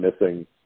missing